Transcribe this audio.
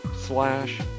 slash